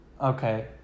Okay